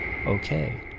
Okay